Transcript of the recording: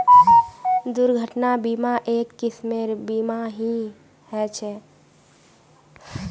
दुर्घटना बीमा, एक किस्मेर बीमा ही ह छे